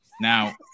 Now